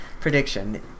prediction